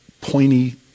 pointy